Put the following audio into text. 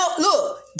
look